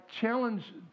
challenge